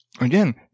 Again